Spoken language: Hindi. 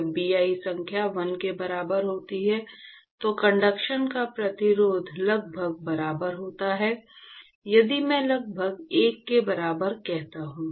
जब Bi संख्या 1 के बराबर होती है तो कंडक्शन का प्रतिरोध लगभग बराबर होता है यदि मैं लगभग 1 के बराबर कहता हूं